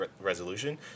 resolution